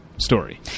story